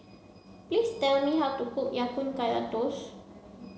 please tell me how to cook Ya Kun Kaya toast